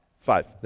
Five